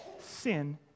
Sin